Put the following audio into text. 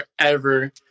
forever